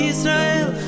Israel